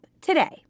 today